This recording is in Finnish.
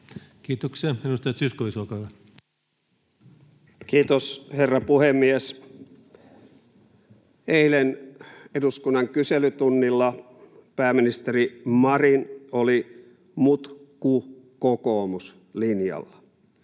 aikana Time: 19:00 Content: Kiitos, herra puhemies! Eilen eduskunnan kyselytunnilla pääministeri Marin oli ”mutku kokoomus” -linjalla.